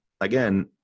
again